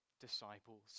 disciples